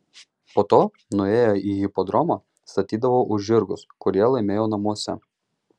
po to nuėję į hipodromą statydavo už žirgus kurie laimėjo namuose